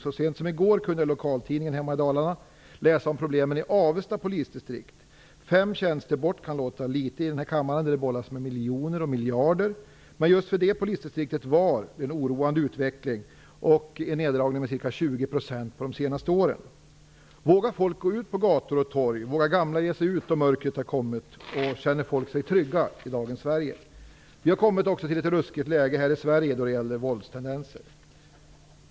Så sent som i går kunde man i lokaltidningen hemma i Dalarna läsa om problemen i Avesta polisdistrikt, där fem tjänster skall bort. Det kan låta litet i denna kammare, där det bollas med miljoner och miljarder. Men vid just det polisdistriktet var det en oroande utveckling med en neddragning med ca 20 % under de senaste åren. Vågar folk gå ut på gator och torg? Vågar gamla ge sig ut när mörkret har fallit? Känner folk sig trygga i dagens Sverige? Vi har också kommit till ett ruskigt läge här i Sverige när det gäller våldstendenser.